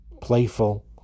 playful